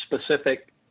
specific